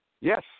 Yes